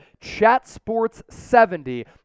CHATSPORTS70